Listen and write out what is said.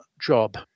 job